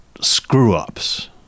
screw-ups